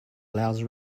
allows